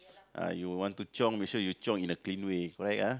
uh you want to chiong make sure you chiong in a clean way correct ah